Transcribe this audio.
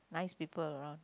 nice people around